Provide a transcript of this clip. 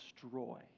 destroy